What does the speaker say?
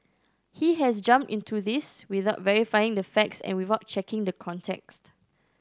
he has jumped into this without verifying the facts and without checking the context